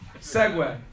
Segway